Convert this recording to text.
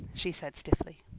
she said stiffly.